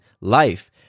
life